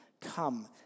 Come